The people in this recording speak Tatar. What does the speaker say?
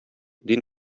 дин